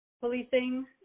policing